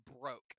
broke